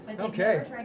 okay